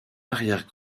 arrière